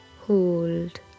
hold